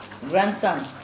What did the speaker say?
grandson